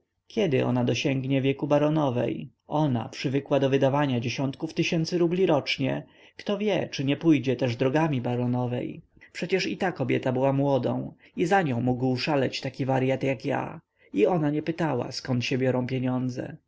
kiedy ona dosiągnie wieku baronowej ona przywykła do wydawania dziesiątków tysięcy rubli rocznie kto wie czy nie pójdzie też drogami baronowej przecie i ta kobieta była młodą i za nią mógł szaleć taki waryat jak ja i ona nie pytała zkąd się biorą pieniądze